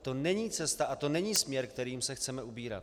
To není cesta a to není směr, kterým se chceme ubírat.